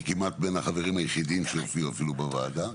כמעט בין החברים היחידים שהצביעו אפילו בוועדה.